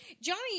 Johnny